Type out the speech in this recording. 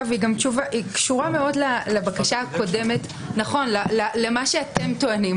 וגם קשורה מאוד לבקשה למה שאתם טוענים.